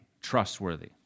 trustworthy